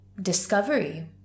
discovery